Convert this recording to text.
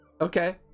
Okay